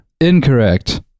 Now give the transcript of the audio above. Incorrect